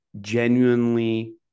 genuinely